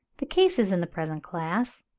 the cases in the present class,